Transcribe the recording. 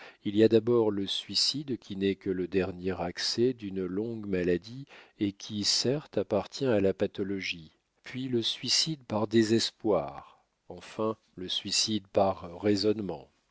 il y a d'abord le suicide qui n'est que le dernier accès d'une longue maladie et qui certes appartient à la pathologie puis le suicide par désespoir enfin le suicide par raisonnement